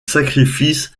sacrifice